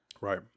Right